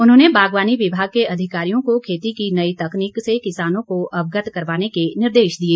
उन्होंने बागवानी विभाग के अधिकारियों को खेती की नई तकनीक से किसानों को अवगत करवाने के निर्देश दिए